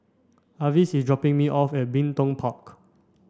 Avis is dropping me off at Bin Tong Park